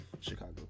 Chicago